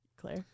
Claire